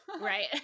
right